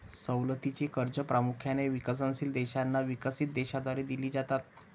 सवलतीची कर्जे प्रामुख्याने विकसनशील देशांना विकसित देशांद्वारे दिली जातात